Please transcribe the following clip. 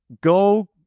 Go